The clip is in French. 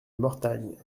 mortagne